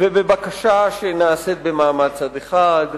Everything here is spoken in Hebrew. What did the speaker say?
ובבקשה שנעשית במעמד צד אחד,